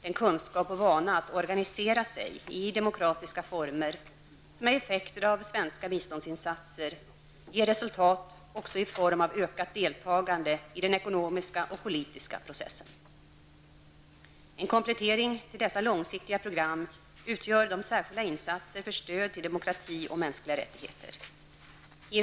Den kunskap och vana att organisera sig i demokratiska former, som är effekter av svenska biståndsinsatser, ger resultat också i form av ökat deltagande i den ekonomiska och politiska processen. En komplettering till dessa långsiktiga program, utgör de särskilda insatserna för stöd till demokrati och mänskliga rättigheter.